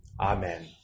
Amen